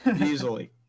Easily